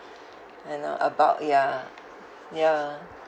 you know about ya ya